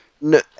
No